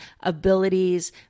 abilities